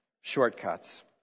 shortcuts